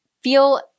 feel